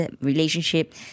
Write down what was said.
relationship